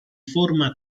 forma